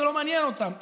זה לא מעניין אותם.